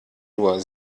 nur